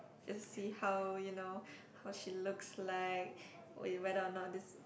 just see how you know how she looks like you whether or not this